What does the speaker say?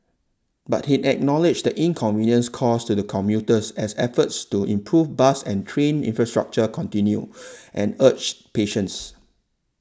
but he acknowledged the inconvenience caused to commuters as efforts to improve bus and train infrastructure continue and urged patience